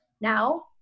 Now